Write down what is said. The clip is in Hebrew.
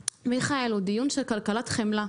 מיכאל, הוא דיון של כלכלת חמלה,